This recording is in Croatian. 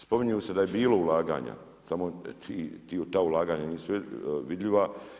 Spominje se da je bilo ulaganja samo ta ulaganja nisu vidljiva.